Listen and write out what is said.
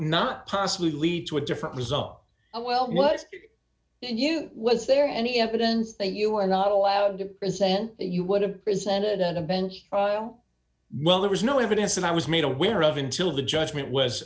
not possibly lead to a different result well what you was there any evidence that you were not allowed to present you would have presented at a bench trial well there was no evidence and i was made aware of until the judgment was